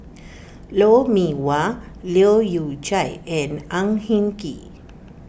Lou Mee Wah Leu Yew Chye and Ang Hin Kee